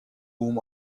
whom